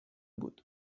بود